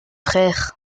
frères